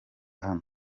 hano